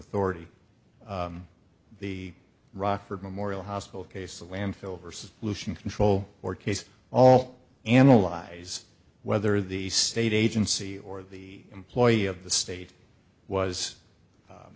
authority the rockford memorial hospital case the landfill versus solution control or case all analyze whether the state agency or the employee of the state was